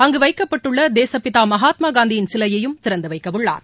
அங்கு வைக்கப்பட்டுள்ள தேசப்பிதா மகாத்மா காந்தியின் சிலையையும் திறந்து வைக்க உள்ளார்